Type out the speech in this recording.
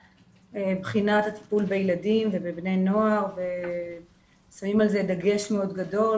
בחינת הטיפול בילדים ובבני נוער ושמים על זה דגש מאוד גדול